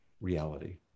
reality